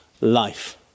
life